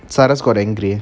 cyrus got angry